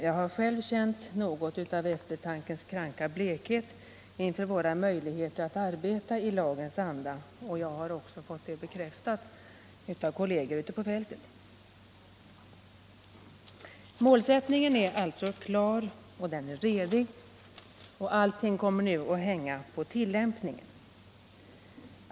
Jag har själv känt något av eftertankens kranka blekhet inför våra möjligheter att arbeta i lagens anda och också fått det bekräftat av kolleger ute på fältet. Målsättningen är alltså klar och redig — allt kommer nu att hänga på tillämpningen.